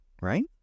right